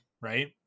right